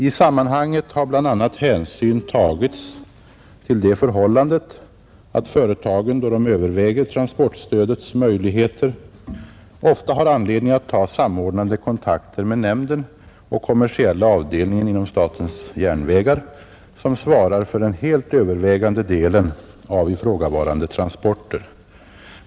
I sammanhanget har bl.a. hänsyn tagits till det förhållandet att företagen då de överväger transportstödets möjligheter ofta har anledning att ta samordnande kontakter med nämnden och kommersiella avdelningen inom SJ, som svarar för den helt övervägande delen av ifrågavarande transporter.